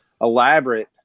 elaborate